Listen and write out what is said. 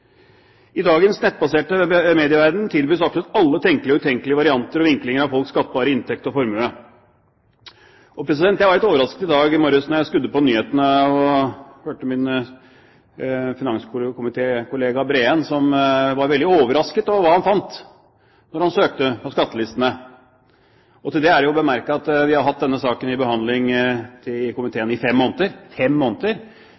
I dagens nettbaserte medieverden tilbys absolutt alle tenkelige og utenkelige varianter og vinklinger av folks skattbare inntekt og formue. Jeg ble litt overrasket i dag morges da jeg skrudde på nyhetene og hørte min finanskomitékollega Breen, som var veldig overrasket over hva han fant når han søkte på skattelistene. Til det er det å bemerke at vi har hatt denne saken til behandling i